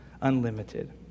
unlimited